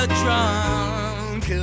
drunk